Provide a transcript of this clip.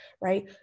right